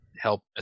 help